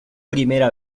primera